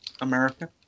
America